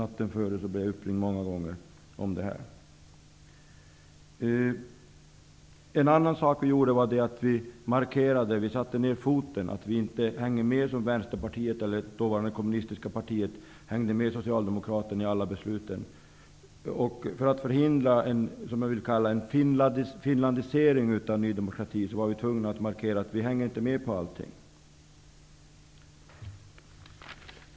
Natten före blev jag uppringd många gånger. Man ville tala om just det här. En annan sak som vi gjorde var att vi markerade, satte ner foten. Vi skulle inte, som det dåvarande kommunistiska partiet gjorde, hänga med Socialdemokraterna på alla beslut. För att förhindra vad jag skulle vilja kalla för en finlandisering av Ny demokrati var vi tvungna att markera att vi inte hänger med på allting.